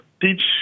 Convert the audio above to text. teach